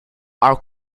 are